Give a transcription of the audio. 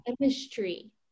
chemistry